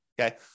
Okay